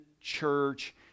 church